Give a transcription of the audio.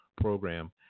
program